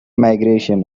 migration